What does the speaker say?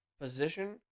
position